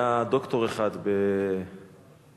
היה דוקטור אחד בקריית-ביאליק,